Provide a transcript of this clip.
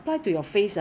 paper mask